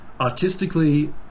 Artistically